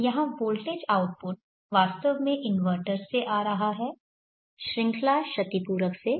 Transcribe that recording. तो यहाँ voltage output वास्तव में इस इन्वर्टर से आ रहा है श्रृंखला क्षतिपूरक से